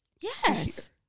Yes